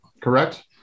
correct